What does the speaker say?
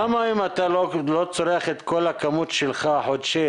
למה אם אתה לא צורך את כל הכמות שלך החודשית,